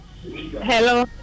Hello